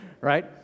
right